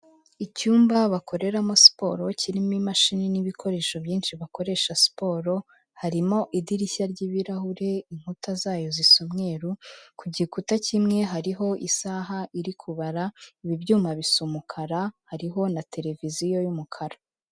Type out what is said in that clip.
Icyumba bakoreramo siporo, kirimo imashini n'ibikoresho byinshi bakoresha siporo, harimo idirishya ry'ibirahure, inkuta zayo zisa umweru, ku gikuta kimwe hariho isaha iri kubara, ibi ibyuma bisa umukara, hariho na televiziyo y'umukara.